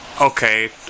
okay